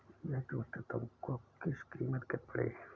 यह जूते तुमको किस कीमत के पड़े?